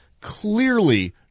clearly